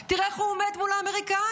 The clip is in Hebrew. תראה איך הוא עומד מול האמריקאים,